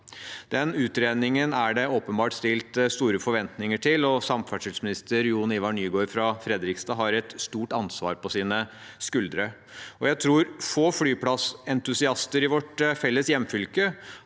Den utredningen er det åpenbart stilt store forventninger til, og samferdselsminister Jon-Ivar Nygård fra Fredrikstad har et stort ansvar på sine skuldre. Jeg tror få flyplassentusiaster i vårt felles hjemfylke